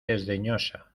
desdeñosa